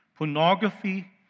Pornography